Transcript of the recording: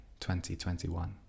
2021